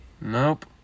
Nope